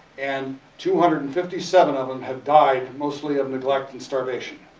and two hundred and fifty seven of them have died mostly of neglect and starvation.